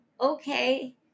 Okay